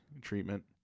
treatment